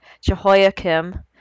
Jehoiakim